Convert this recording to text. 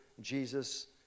jesus